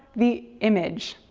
the image.